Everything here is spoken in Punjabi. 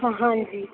ਹਾਂ ਹਾਂਜੀ